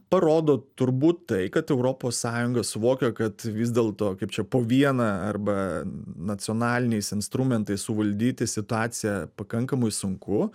parodo turbūt tai kad europos sąjunga suvokia kad vis dėlto kaip čia po vieną arba nacionaliniais instrumentais suvaldyti situaciją pakankamai sunku